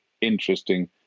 interesting